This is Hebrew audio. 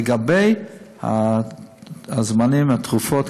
לגבי הזמנים והתכיפות,